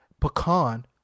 Pecan